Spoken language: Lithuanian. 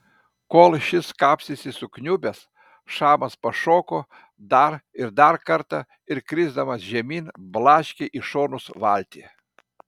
kol šis kapstėsi sukniubęs šamas pašoko dar ir dar kartą ir krisdamas žemyn blaškė į šonus valtį